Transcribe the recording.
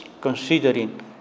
considering